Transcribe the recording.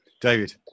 David